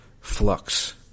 Flux